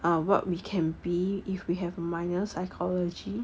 uh what we can be if we have minor psychology